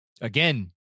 Again